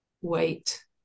Wait